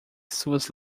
suas